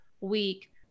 week